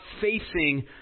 facing